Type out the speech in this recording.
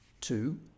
two